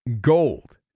gold